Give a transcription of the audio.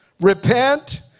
repent